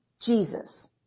Jesus